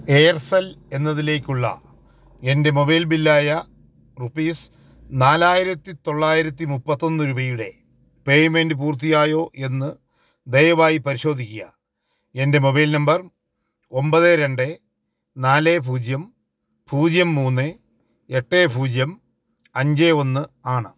എർസെൽ എന്നതിലേക്കുള്ള എൻ്റെ മൊബൈൽ ബില്ലായ റുപ്പീസ് നാലായിരത്തിത്തൊള്ളായിരത്തി മുപ്പത്തൊന്ന് രുപയുടെ പേയ്മെൻറ്റ് പൂർത്തിയായോ എന്ന് ദയവായി പരിശോധിക്കുക എൻ്റെ മൊബൈൽ നമ്പർ ഒമ്പത് രണ്ട് നാല് പൂജ്യം പൂജ്യം മൂന്ന് എട്ട് പൂജ്യം അഞ്ച് ഒന്ന് ആണ്